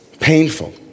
painful